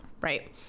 right